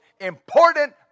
important